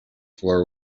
floor